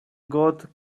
got